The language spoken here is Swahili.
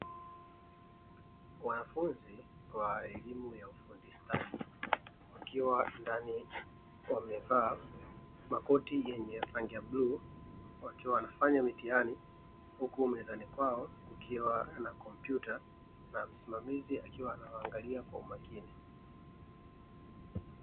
Wanafunzi wa elimu ya ufundi stadi wakiwa ndani, wamevaa makoti yenye rangi ya buluu wakiwa wanafanya mitihani huku mezani kwao kukiwa na kompyuta na msimamizi akiwaangalia kwa umakini.